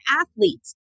athletes